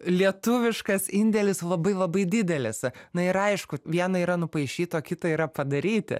lietuviškas indėlis labai labai didelis na ir aišku viena yra nupaišyt o kita yra padaryti